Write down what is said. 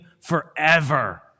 forever